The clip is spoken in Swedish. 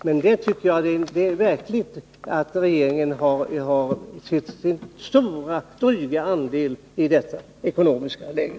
Men det är ett faktum att regeringen bär en stor del av skulden för att vi befinner oss i detta ekonomiska läge.